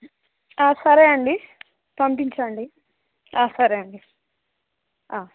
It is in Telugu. సరే అండి పంపించండి సరే అండి